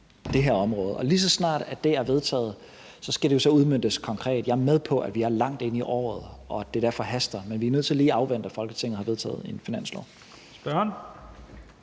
det her område. Lige så snart det er vedtaget, skal det jo så udmøntes konkret. Jeg er med på, at vi er langt inde i året, og at det derfor haster, men vi er nødt til lige at afvente, at Folketinget har vedtaget en finanslov.